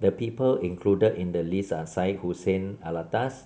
the people included in the list are Syed Hussein Alatas